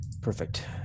Perfect